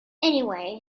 anyway